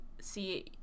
see